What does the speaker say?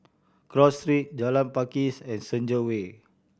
Cross Street Jalan Pakis and Senja Way